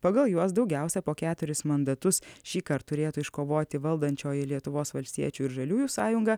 pagal juos daugiausia po keturis mandatus šįkart turėtų iškovoti valdančioji lietuvos valstiečių ir žaliųjų sąjunga